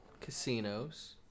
casinos